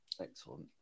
Excellent